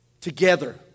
together